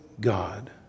God